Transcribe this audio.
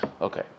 Okay